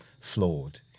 flawed